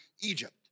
Egypt